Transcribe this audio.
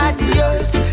Adios